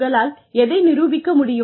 உங்களால் எதை நிரூபிக்க முடியும்